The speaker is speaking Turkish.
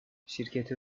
şirketi